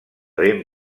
ben